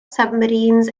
submarines